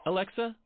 Alexa